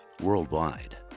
worldwide